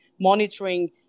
monitoring